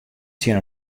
tsjin